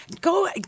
go